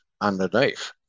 underneath